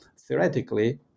theoretically